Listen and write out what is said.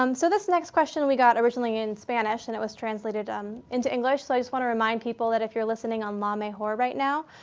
um so this next question we got originally in spanish and it was translated um into english. so i just want to remind people that if you're listening on la mejor right now,